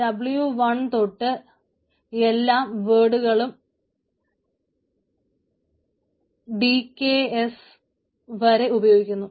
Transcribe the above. W 1 തൊട്ട് എല്ലാ word കളും dks വരെ ഉപയോഗിക്കുന്നു